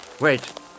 Wait